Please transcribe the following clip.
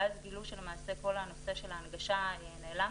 ואז גילו שלמעשה כל הנושא של ההנגשה נעלם